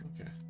Okay